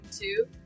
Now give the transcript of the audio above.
Two